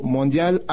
Mondial